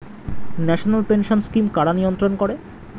National pension scheme কারা নিয়ন্ত্রণ করে?